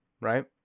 right